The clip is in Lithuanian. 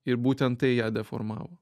ir būtent tai ją deformavo